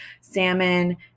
salmon